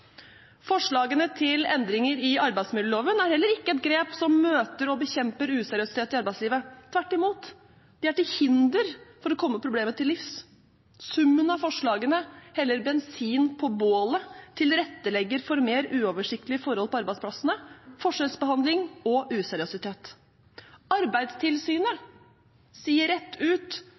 Forslagene til endringer i arbeidsmiljøloven er heller ikke et grep som møter og bekjemper useriøsitet i arbeidslivet. Tvert imot, de er til hinder for å komme problemet til livs. Summen av forslagene heller bensin på bålet, tilrettelegger for mer uoversiktlige forhold på arbeidsplassene, forskjellsbehandling og useriøsitet. Arbeidstilsynet sier rett ut